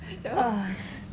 !hais!